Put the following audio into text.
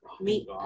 Meet